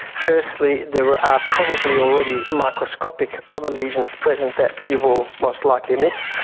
firstly there are probably already microscopic other lesions present that you will most likely miss.